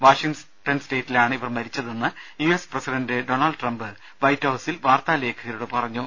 Washington സ്റ്റേറ്റിലാണ് ഇവർ മരിച്ചതെന്ന് U S president Donald Trump വൈറ്റ്ഹൌസിൽ വാർത്താലേഖകരെ അറിയിച്ചു